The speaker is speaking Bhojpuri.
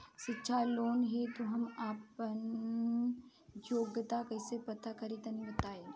शिक्षा लोन हेतु हम आपन योग्यता कइसे पता करि तनि बताई?